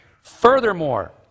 Furthermore